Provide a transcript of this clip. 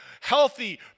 healthy